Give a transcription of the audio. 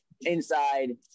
inside